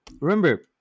remember